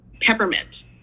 Peppermint